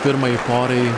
pirmajai porai